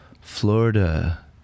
Florida